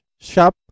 Shop